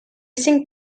cinc